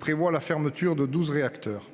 prévoyant la fermeture de douze réacteurs.